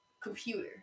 computer